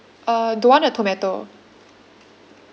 uh don't want the tomato